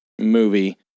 movie